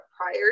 prior